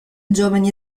giovani